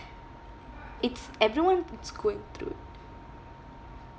it's everyone is going through it